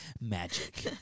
Magic